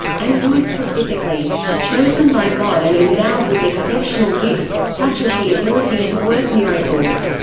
and who is specifically chosen by god and endowed with exceptional gifts, such as the ability to work miracles.